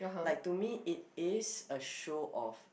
like to me it is a show of